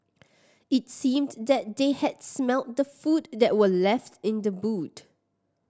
its seemed that they had smelt the food that were left in the boot